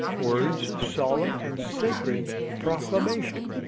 words of solemn and sacred proclamation,